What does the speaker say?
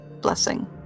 blessing